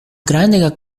grandega